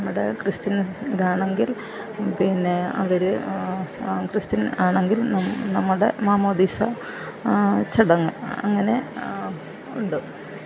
നമ്മുടെ ക്രിസ്ത്യൻസ് ഇതാണെങ്കിൽ പിന്നെ അവര് ആ ക്രിസ്ത്യൻ ആണെങ്കിൽ നമ്മുടെ മാമോദിസ ചടങ്ങ് അങ്ങനെ ഉണ്ട്